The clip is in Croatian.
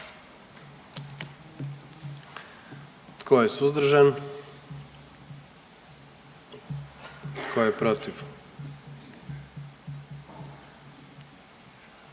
Tko je suzdržan? Tko je protiv?